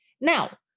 Now